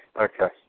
okay